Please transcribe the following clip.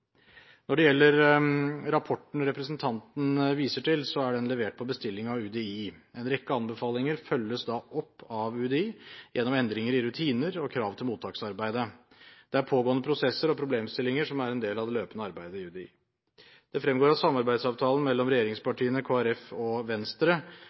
Når det gjelder rapporten representanten viser til, er den levert på bestilling av UDI. En rekke anbefalinger følges opp av UDI gjennom endringer i rutiner og krav til mottaksarbeidet. Dette er pågående prosesser og problemstillinger som er en del av det løpende arbeidet i UDI. Det fremgår av samarbeidsavtalen mellom